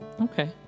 Okay